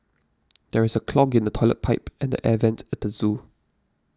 there is a clog in the Toilet Pipe and the Air Vents at zoo